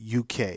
uk